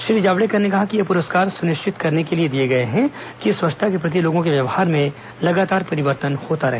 श्री जावडेकर ने कहा कि ये पुरस्कार यह सुनिश्चित करने के लिए दिए गए हैं कि स्वच्छता के प्रति लोगों के व्यवहार में निरंतर परितर्वन होता रहे